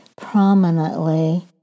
prominently